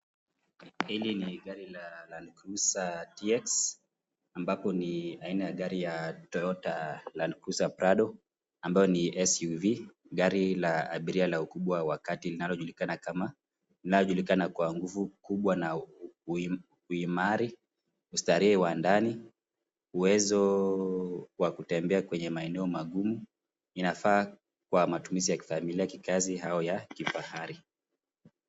Hili ni gari la landcruiser TX ambapo ni aina ya gari ya Toyota landcruiser prado ambayo ni SUV , gari la abiria la ukubwa wa kati linalojulikana kama inayojulikana kwa nguvu kubwa na uimari, ustarehe wa ndani, uwezo wa kutembea kwenye maeneo magumu. Inafaa kwa mtumizi ya kikazi au ya kifahari.